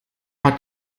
hat